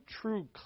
true